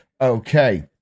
Okay